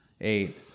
eight